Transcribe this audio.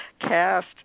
cast